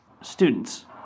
Students